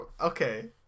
Okay